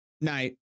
night